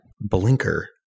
Blinker